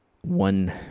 one